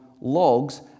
logs